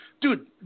dude